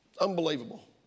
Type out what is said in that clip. Unbelievable